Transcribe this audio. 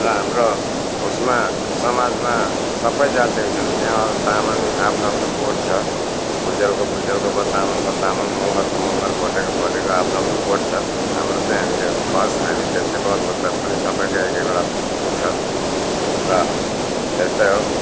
र हाम्रो उसमा समाजमा सबै जातिहरू छन् नेवार तामाङ आफ्नो आफ्नो बोर्ड छ भुजेलको भुजेलको भयो तामाङको तामाङ मगरको मगर भोटेको भोटेको आफ्नो आफ्नो बोर्ड छ हाम्रो चाहिँ हामी चाहिँ अब खस हामी छेत्री बाहुनको त पनि सबैको एकएकवटा उ छ र त्यस्तै हो